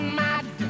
mad